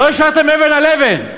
לא השארתם אבן על אבן.